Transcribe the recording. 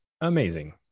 amazing